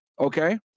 okay